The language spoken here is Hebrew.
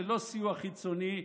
ללא סיוע חיצוני,